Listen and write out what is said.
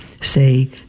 Say